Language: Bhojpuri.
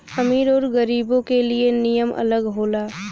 अमीर अउर गरीबो के लिए नियम अलग होला